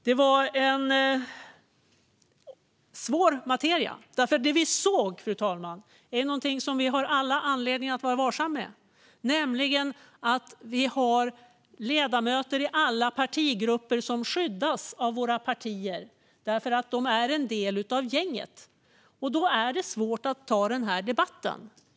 Det var svår materia, för det vi såg var något som vi har all anledning att vara vaksamma på: att vi i alla partigrupper har ledamöter som skyddas av våra partier därför att de är en del av gänget. Då är det svårt att ta den här debatten.